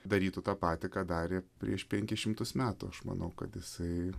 darytų tą patį ką darė prieš penkis šimtus metų aš manau kad jisai